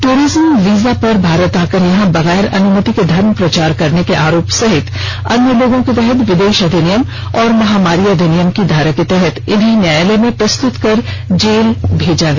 tourism visa पर भारत आकर यहां बगैर अनुमति के धर्म प्रचार करने के आरोप सहित अन्य आरोपों के तहत विदेश अधिनियम और महामारी अधिनियम की धारा के तहत इन्हें न्यायालय में प्रस्तुत कर जेल भेज दिया गया